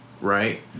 Right